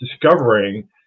discovering